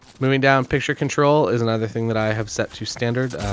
moving down. picture control is another thing that i have set to standard.